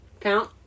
count